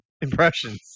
Impressions